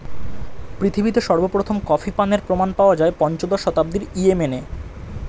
পৃথিবীতে সর্বপ্রথম কফি পানের প্রমাণ পাওয়া যায় পঞ্চদশ শতাব্দীর ইয়েমেনে